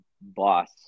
boss